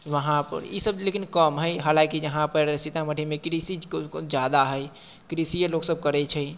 वहाँपर ईसब लेकिन कम हइ हालाँकि यहाँपर सीतामढ़ीमे कृषिके ज्यादा हइ कृषिए लोकसब करै छै